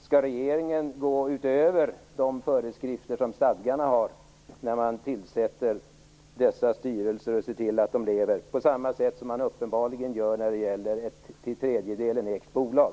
Skall regeringen gå utöver de föreskrifter som står i stadgarna när man tillsätter dessa styrelser, på samma sätt som man uppenbarligen gör när det gäller ett till tredjdedelen ägt bolag?